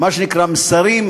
מה שנקרא מסרים,